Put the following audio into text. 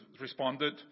responded